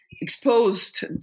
exposed